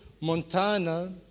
Montana